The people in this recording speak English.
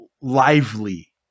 lively